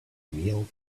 meal